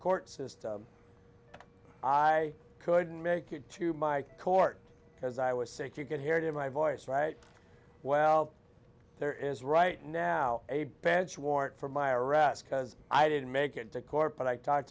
court system i couldn't make it to my court because i was sick you can hear it in my voice right well there is right now a bench warrant for my arrest cuz i didn't make it to court but i talked